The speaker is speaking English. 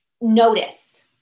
notice